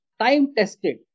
time-tested